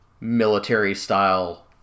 military-style